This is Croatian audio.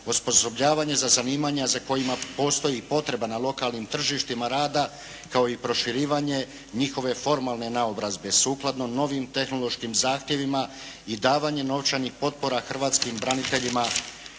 osposobljavanje za zanimanje za kojima postoji potreba na lokalnim tržištima rada, kao i proširivanje njihove formalne naobrazbe sukladno novim tehnološkim zahtjevima i davanje novčanih potpora hrvatskim braniteljima